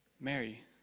Mary